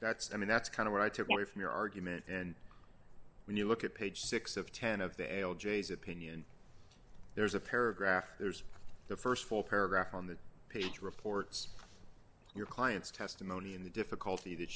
that's i mean that's kind of what i took away from your argument and when you look at page six of ten of the l j's opinion there's a paragraph there's the st full paragraph on the page reports your client's testimony and the difficulty that